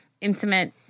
intimate